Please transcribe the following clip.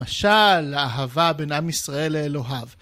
משל, אהבה בינם ישראל לאלוהיו.